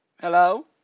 Hello